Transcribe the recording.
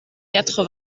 quatre